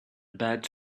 bad